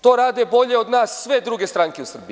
To rade bolje od nas sve druge stranke u Srbiji.